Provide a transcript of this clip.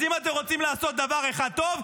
אז אם אתם רוצים לעשות דבר אחד טוב,